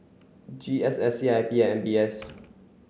G S S C I P and M B S